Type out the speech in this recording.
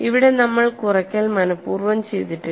ഇവിടെ നമ്മൾ കുറയ്ക്കൽ മനപൂർവ്വം ചെയ്തിട്ടില്ല